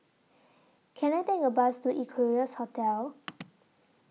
Can I Take A Bus to Equarius Hotel